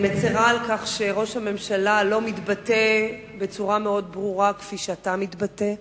אני מצרה על כך שראש הממשלה לא מתבטא בצורה מאוד ברורה כפי שאתה מתבטא.